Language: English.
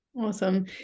Awesome